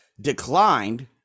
declined